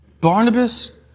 Barnabas